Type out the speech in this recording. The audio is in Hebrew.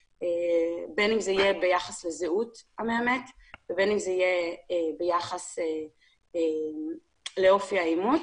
בין אם זה יהיה ביחס לזהות המאמת ובין אם זה יהיה ביחס לאופי האימות,